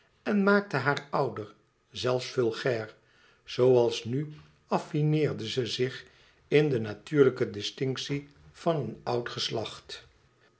en maakte haar ouder zelfs vulgair zooals nu affineerde ze zich in de natuurlijke distinctie van een oud geslacht